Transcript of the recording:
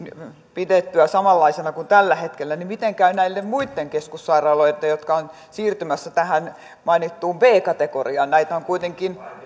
pidettyä samanlaisena kuin tällä hetkellä miten käy näiden muitten keskussairaaloitten jotka ovat siirtymässä tähän mainittuun b kategoriaan näitä on kuitenkin